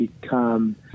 become